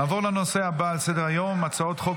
נעבור לנושא הבא על סדר-היום: הצעת חוק